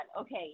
okay